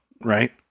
right